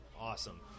Awesome